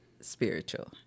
spiritual